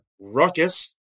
Ruckus